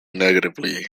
negatively